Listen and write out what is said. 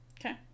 Okay